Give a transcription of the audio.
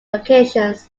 locations